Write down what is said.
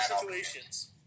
situations